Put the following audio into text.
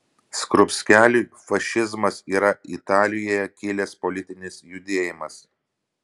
skrupskeliui fašizmas yra italijoje kilęs politinis judėjimas